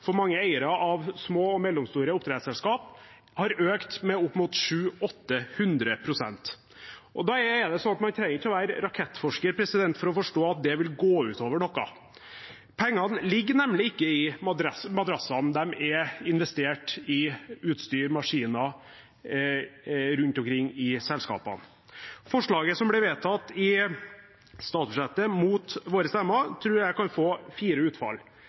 for mange eiere av små og mellomstore oppdrettsselskap har økt med opp mot 700–800 pst. Man trenger ikke være rakettforsker for å forstå at det vil gå ut over noe. Pengene ligger nemlig ikke i madrassene. De er investert i utstyr, i maskiner, rundt omkring i selskapene. Forslaget som ble vedtatt i statsbudsjettet, mot våre stemmer, tror jeg kan få fire utfall.